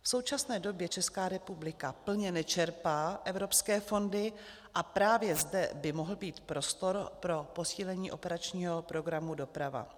V současné době Česká republika plně nečerpá evropské fondy a právě zde by mohl být prostor pro posílení operačního programu Doprava.